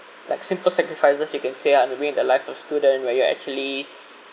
like simple sacrifices you can say undermined the life of student where you are actually